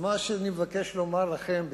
אז מה שאני מבקש לומר לכם,